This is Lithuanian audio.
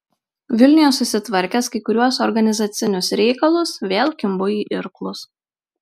vilniuje susitvarkęs kai kuriuos organizacinius reikalus vėl kimbu į irklus